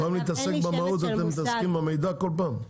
מושג --- במקום להתעסק במהות אתם מתעסקים במידע כל פעם?